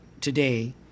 today